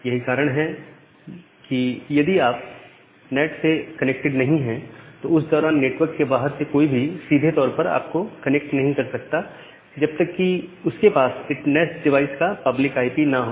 यही कारण है कि यदि आप नैट से कनेक्टेड नहीं है तो उस दौरान नेटवर्क के बाहर से कोई भी सीधे तौर पर आपको कनेक्ट नहीं कर सकता जब तक की उसके पास इस नैट डिवाइस का पब्लिक आईपी ना हो